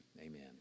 Amen